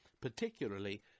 Particularly